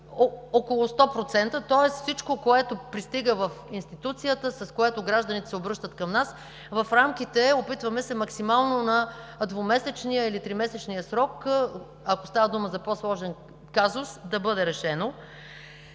около 100%. Тоест всичко, което пристига в институцията, с което гражданите се обръщат към нас, опитваме се в рамките максимално на двумесечния или тримесечния срок, ако става дума за по-сложен казус, да бъде решено.